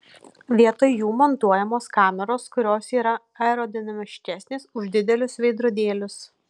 vietoj jų montuojamos kameros kurios yra aerodinamiškesnės už didelius veidrodėlius